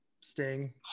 sting